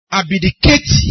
abdicate